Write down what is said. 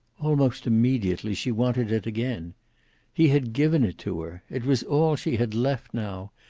almost immediately she wanted it again he had given it to her. it was all she had left now,